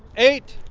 eight,